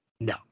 No